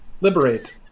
Liberate